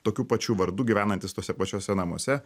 tokiu pačiu vardu gyvenantis tuose pačiuose namuose